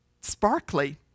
sparkly